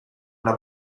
una